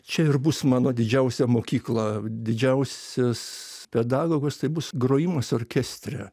čia ir bus mano didžiausia mokykla didžiausias pedagogas tai bus grojimas orkestre